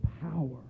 power